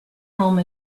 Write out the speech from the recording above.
home